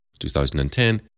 2010